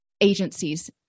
agencies